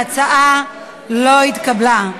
ההצעה לא התקבלה.